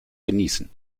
genießen